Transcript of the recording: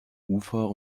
ufer